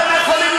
אתם תוקעים.